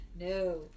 No